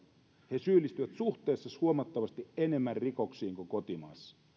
he syyllistyvät suhteessa huomattavasti enemmän rikoksiin kuin kotimaassa